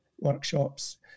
workshops